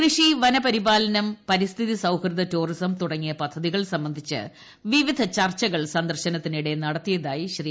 കൃഷി വനപരിപാലനം പരിസ്ഥിത്രി സൌഹൃദ ടൂറിസം തുടങ്ങിയ പദ്ധതികൾ സംബന്ധിച്ച് വിവിധ്യ ചർച്ചകൾ സന്ദർശനത്തിനിടെ നടത്തിയതായി ശ്രീ